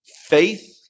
faith